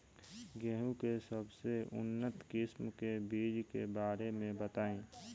गेहूँ के सबसे उन्नत किस्म के बिज के बारे में बताई?